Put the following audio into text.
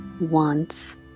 wants